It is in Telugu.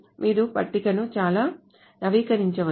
మీరు పట్టికను కూడా నవీకరించవచ్చు